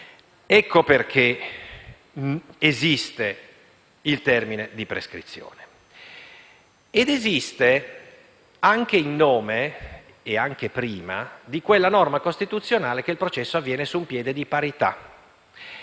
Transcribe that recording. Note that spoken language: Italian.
Ecco perché esiste il termine di prescrizione. Ed esiste anche in nome, e anche prima, di quella norma costituzionale secondo cui il processo avviene su un piede di parità.